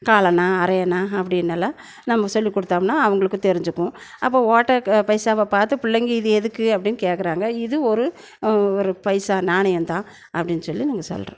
காலணா அரையணா அப்படின்னு எல்லாம் நம்ம சொல்லிக் கொடுத்தோம்னா அவங்களுக்கும் தெரிஞ்சுக்கும் அப்போ ஓட்டை பைசாவை பார்த்து பிள்ளைங்க இது எதுக்கு அப்படின்னு கேக்கிறாங்க இது ஒரு ஒரு பைசா நாணயம்தான் அப்படின்னு சொல்லி நாங்கள் சொல்கிறோம்